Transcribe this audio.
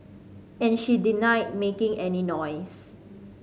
and she denied making any noise